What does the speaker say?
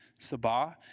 sabah